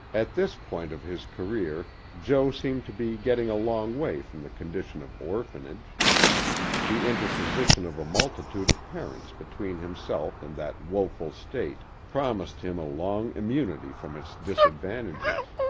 at this point of his career jo seemed to be getting a long way from the condition of orphanage the interposition of a multitude of parents between himself and that woeful state promised him a long immunity from its disadvantages.